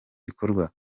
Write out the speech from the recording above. bikorwa